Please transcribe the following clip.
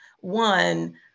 one